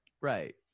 Right